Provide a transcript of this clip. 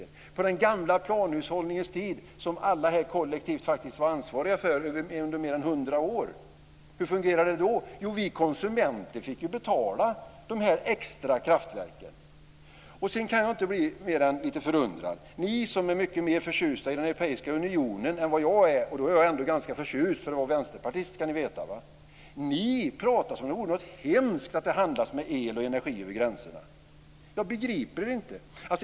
Hur fungerade det på den gamla planhushållningens tid, som alla här kollektivt faktiskt var ansvariga för under mer än hundra år? Jo, vi konsumenter fick betala dessa extra kraftverk. Jag kan inte bli mer än lite förundrad. Ni som är mycket mer förtjusta i den europeiska unionen än vad jag är - då är jag ändå ganska förtjust för att vara vänsterpartist, ska ni veta - pratar som om det vore något hemskt att det handlas med el och energi över gränserna. Jag begriper er inte.